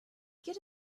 get